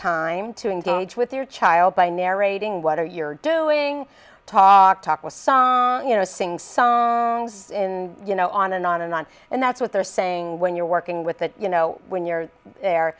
time to engage with your child by narrating what are your doing talk talk with some you know sing songs in you know on and on and on and that's what they're saying when you're working with that you know when you're there